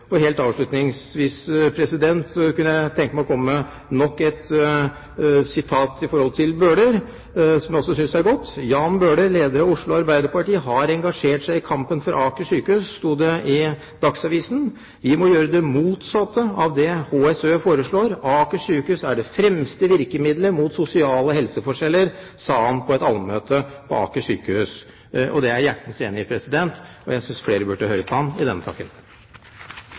som jeg også synes er godt. I Dagsavisen sto det: «Jan Bøhler, leder av Oslo Arbeiderparti, har engasjert seg i kampen for Aker sykehus. Vi må gjøre det motsatte av det HSØ foreslår. Aker sykehus er det fremste virkemidlet mot sosiale helseforskjeller, sa han på et allmøte på Aker sykehus.» Det er jeg hjertens enig i. Jeg synes flere burde høre på ham i denne saken. Det var representanten Bent Høie som fikk meg til å ta ordet. Han sa at han ikke så noen østfoldinger som engasjerte seg i denne saken